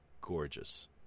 gorgeous